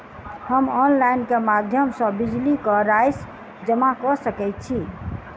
हम ऑनलाइन केँ माध्यम सँ बिजली कऽ राशि जमा कऽ सकैत छी?